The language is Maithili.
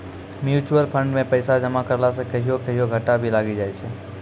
म्यूचुअल फंड मे पैसा जमा करला से कहियो कहियो घाटा भी लागी जाय छै